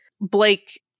Blake